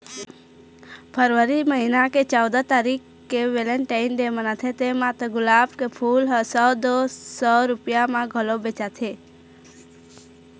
फरवरी महिना के चउदा तारीख के वेलेनटाइन डे मनाथे तेमा तो गुलाब के फूल ह सौ दू सौ रूपिया म घलोक बेचाथे